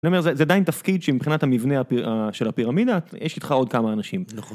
זה עדיין תפקיד שמבחינת המבנה של הפירמידה, יש איתך עוד כמה אנשים נכון